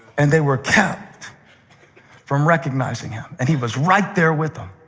and they were kept from recognizing him. and he was right there with them.